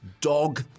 Dog